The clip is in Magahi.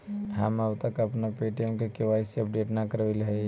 हम अब तक अपना पे.टी.एम का के.वाई.सी अपडेट न करवइली